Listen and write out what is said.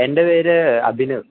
എൻ്റെ പേര് അഭിനവ്